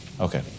Okay